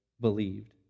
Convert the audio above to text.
believed